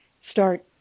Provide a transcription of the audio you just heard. start